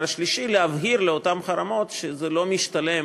השלישי להבהיר באותם חרמות שזה לא משתלם